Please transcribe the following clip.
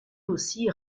aussi